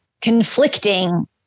conflicting